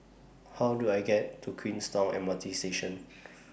How Do I get to Queenstown M R T Station